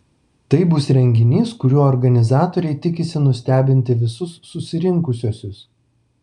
tai bus renginys kuriuo organizatoriai tikisi nustebinti visus susirinkusiuosius